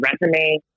resume